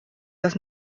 das